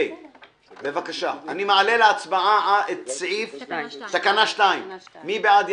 אני מעלה להצבעה את תקנה 2. מי בעד?